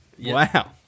wow